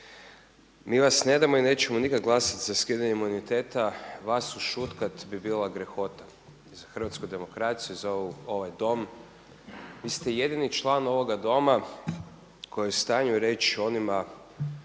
Mi vas ne damo i nećemo nikada glasati za skidanje imuniteta. Vas ušutkat bi bila grehota za hrvatsku demokraciju, za ovaj dom. Vi ste jedini član ovoga doma koji je u stanju reći onima